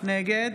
נגד